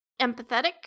empathetic